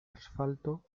asfalto